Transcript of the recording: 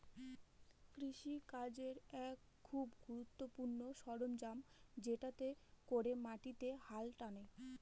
কৃষি কাজের এক খুব গুরুত্বপূর্ণ সরঞ্জাম যেটাতে করে মাটিতে হাল টানে